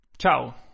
Ciao